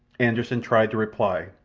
anderssen tried to reply,